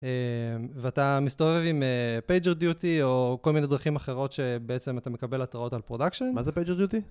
ואתה מסתובב עם Pager Duty או כל מיני דרכים אחרות שבעצם אתה מקבל התראות על Production? מה זה Pager Duty?